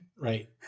Right